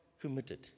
committed